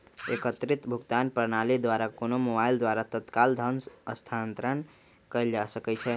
एकीकृत भुगतान प्रणाली द्वारा कोनो मोबाइल द्वारा तत्काल धन स्थानांतरण कएल जा सकैछइ